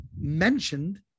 mentioned